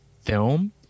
film